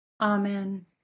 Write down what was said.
Amen